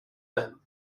him